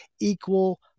equal